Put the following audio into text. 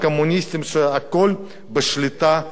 שהכול בשליטה טוטלית.